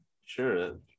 Sure